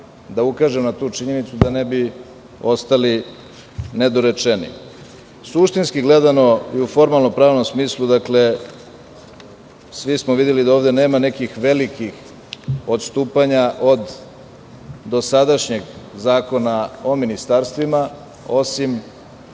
da ukažem na tu činjenicu da ne bi ostali nedorečeni. Suštinski gledano i u formalno pravnom smislu, svi smo videli da ovde nema nekih velikih odstupanja od dosadašnjeg zakona o ministarstvima, osim